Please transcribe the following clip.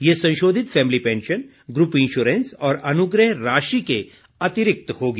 यह संशोधित family pension group insurance और अनुग्रह राशि के अतिरिक्त होगी